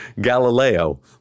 Galileo